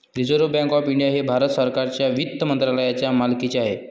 reserve Bank of India हे भारत सरकारच्या वित्त मंत्रालयाच्या मालकीचे आहे